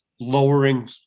lowering